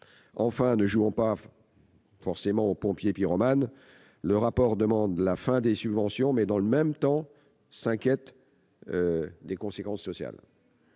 Enfin, ne jouons pas aux pompiers pyromanes : le rapport demande la fin des subventions mais, dans le même temps, s'inquiète des conséquences sociales.